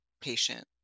patient